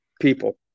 people